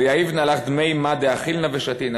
ויהיבנא לך דמי מה דאכילנא ושתינא,